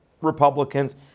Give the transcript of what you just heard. Republicans